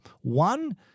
One